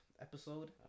episode